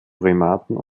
primaten